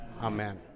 Amen